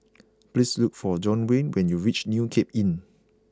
please look for Duwayne when you reach New Cape Inn